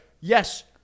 Yes